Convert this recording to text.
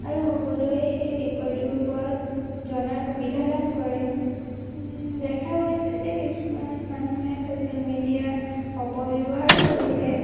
আৰু সকলোৱে সেই বিষয়টোৰ ওপৰত জনাৰ সুবিধা লাভ কৰে দেখা গৈছে যে কিছুমান মানুহে চছিয়েল মিডিয়াৰ অপব্য়ৱহাৰো কৰিছে